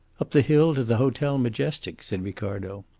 up the hill to the hotel majestic, said ricardo.